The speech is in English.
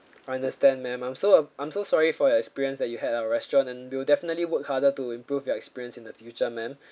I understand ma'am I'm so I'm so sorry for your experience that you had at our restaurant and we'll definitely work harder to improve your experience in the future ma'am